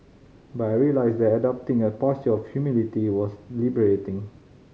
but I realised that adopting a posture of humility was liberating